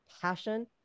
passion